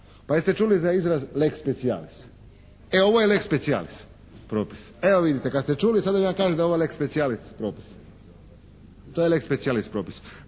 Pa jeste čuli za izraz leg specialis? E ovo je leg specialis propis. Evo vidite, kad ste čuli sada vam ja kažem da je ovo leg specialis propis. To je leg specialis propis.